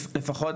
לפחות.